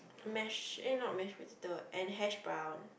mashed eh not mashed potato and hash brown